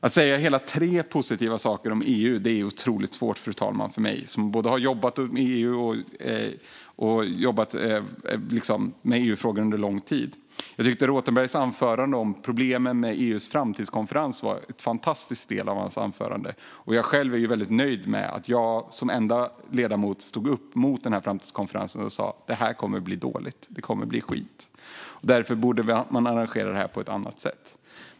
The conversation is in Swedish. Att säga hela tre positiva saker om EU är otroligt svårt, fru talman, för mig som har jobbat både i EU och med EU-frågan under lång tid. Jag tycker att det Rothenberg sa om problemen med EU:s framtidskonferens var en fantastisk del av hans anförande. Jag är själv väldigt nöjd med att jag som enda ledamot stod upp mot framtidskonferensen och sa: Det här kommer att bli dåligt; det kommer att bli skit. Därför borde man arrangera detta på ett annat sätt.